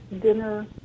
dinner